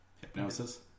hypnosis